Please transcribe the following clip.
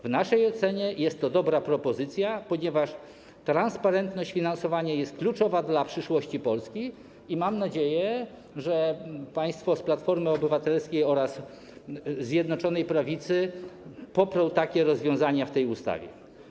W naszej ocenie jest to dobra propozycja, ponieważ transparentność finansowania jest kluczowa dla przyszłości Polski, i mam nadzieję, że państwo z Platformy Obywatelskiej oraz ze Zjednoczonej Prawicy poprą te rozwiązania w ustawie.